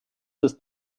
ist